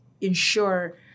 ensure